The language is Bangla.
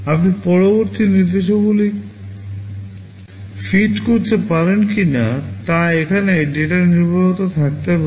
আপনি পরবর্তী নির্দেশাবলী feed করতে পারেন কিনা তা এখানে ডেটা নির্ভরতা থাকতে পারে